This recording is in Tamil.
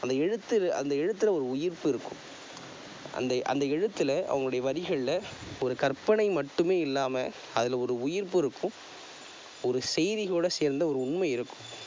அந்த எழுத்து அந்த எழுத்தில் ஒரு உயிர்ப்பு இருக்கும் அந்தந்த எழுத்தில் அவங்களுடைய வரிகளில் ஒரு கற்பனை மட்டுமே இல்லாமல் அதில் ஒரு உயிர்ப்பு இருக்கும் ஒரு செய்திகளோட சேர்ந்த ஒரு உண்மை இருக்கும்